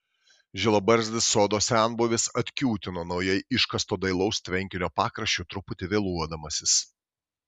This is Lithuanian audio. žilabarzdis sodo senbuvis atkiūtino naujai iškasto dailaus tvenkinio pakraščiu truputį vėluodamasis